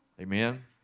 amen